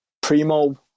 Primo